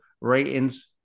ratings